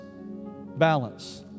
balance